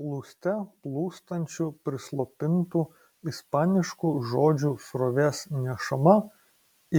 plūste plūstančių prislopintų ispaniškų žodžių srovės nešama